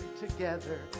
together